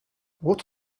what